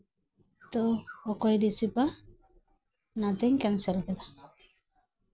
ᱛᱚ ᱚᱠᱚᱭ ᱨᱤᱥᱤᱵᱟ ᱚᱱᱟᱛᱤᱧ ᱠᱮᱱᱥᱮᱞ ᱠᱮᱫᱟ